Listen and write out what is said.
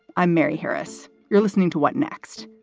i'm mary harris. you're listening to what next?